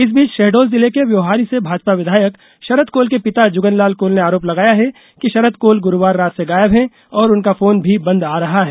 इस बीच शहडोल जिले के व्योहारी से भाजपा विधायक शरद कोल के पिता जुगलाल कोल ने आरोप लगाया है कि शरद कोल गुरूवार रात से गायब हैं और उनका फोन भी बंद आ रहा है